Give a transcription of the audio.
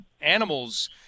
animals